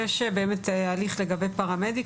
יש הליך לגבי פרמדיק,